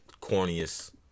corniest